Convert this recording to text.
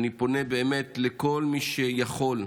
אני פונה לכל מי שיכול: